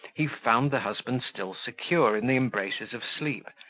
he found the husband still secure in the embraces of sleep,